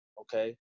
okay